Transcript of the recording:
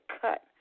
cut